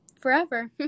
forever